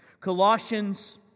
Colossians